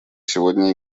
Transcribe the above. сегодня